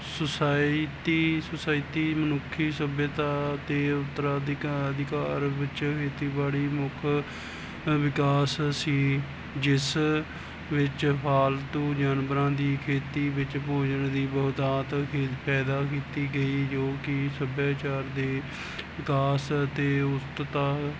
society society ਮਨੁੱਖੀ ਸੱਭਿਅਤਾ ਅਤੇ ਉੱਤਰਾ ਅਧਿਕਾਰ ਅਧਿਕਾਰ ਵਿੱਚ ਖੇਤੀਬਾੜੀ ਮੁੱਖ ਵਿਕਾਸ ਸੀ ਜਿਸ ਵਿੱਚ ਫਾਲਤੂ ਜਾਨਵਰਾਂ ਦੀ ਖੇਤੀ ਵਿੱਚ ਭੋਜਨ ਦੀ ਬਹੁਤਾਤ ਕਿ ਪੈਦਾ ਕੀਤੀ ਗਈ ਜੋ ਕਿ ਸੱਭਿਆਚਾਰ ਦੇ ਵਿਕਾਸ ਅਤੇ ਉਸਤਤਾ